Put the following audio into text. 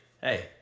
hey